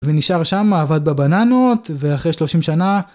ונשאר שם עבד בבננות ואחרי 30 שנה.